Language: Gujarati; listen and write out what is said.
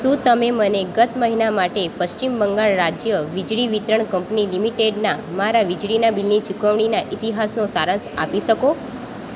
શું તમે મને ગત મહિના માટે પશ્ચિમ બંગાળ રાજ્ય વીજળી વિતરણ કંપની લિમિટેડના મારા વીજળીના બિલની ચૂકવણીના ઈતિહાસનો સારાંશ આપી શકો